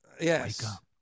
Yes